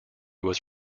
was